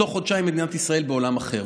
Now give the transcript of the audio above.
תוך חודשיים מדינת ישראל בעולם אחר.